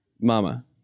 Mama